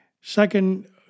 Second